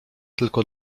tylko